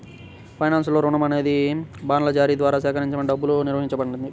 ఫైనాన్స్లో, రుణం అనేది బాండ్ల జారీ ద్వారా సేకరించిన డబ్బుగా నిర్వచించబడింది